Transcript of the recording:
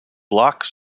bloch